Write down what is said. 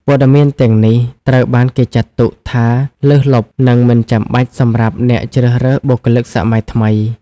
ព័ត៌មានទាំងនេះត្រូវបានគេចាត់ទុកថាលើសលប់ និងមិនចាំបាច់សម្រាប់អ្នកជ្រើសរើសបុគ្គលិកសម័យថ្មី។